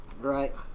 right